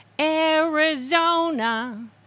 Arizona